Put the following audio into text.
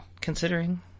Considering